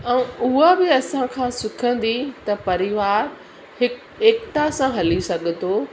ऐं उहा बि असां खां सिखंदी त परिवार हिकु एकिता सां हली सघंदो